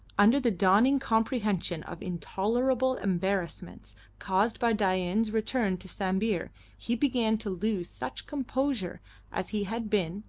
under the dawning comprehension of intolerable embarrassments caused by dain's return to sambir he began to lose such composure as he had been,